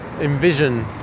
envision